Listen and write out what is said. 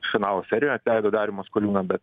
finalo serijoj atleido darių maskoliūną bet